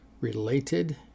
related